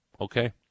Okay